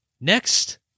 Next